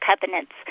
covenants